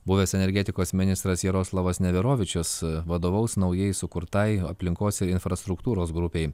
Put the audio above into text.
buvęs energetikos ministras jaroslavas neverovičius vadovaus naujai sukurtai aplinkos ir infrastruktūros grupei